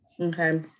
Okay